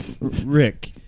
Rick